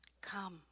Come